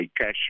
cash